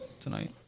tonight